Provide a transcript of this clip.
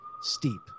steep